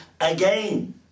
again